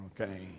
okay